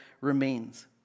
remains